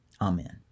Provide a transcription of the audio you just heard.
Amen